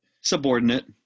subordinate